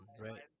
right